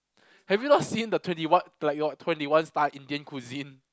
have you not seen the twenty one like your twenty one star Indian cuisine